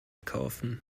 kaufen